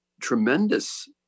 tremendous